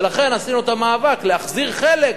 ולכן עשינו את המאבק, להחזיר חלק,